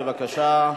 בבקשה.